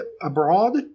abroad